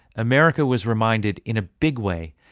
america was reminded, in a big way,